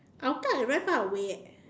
Hougang is very far away eh